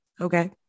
okay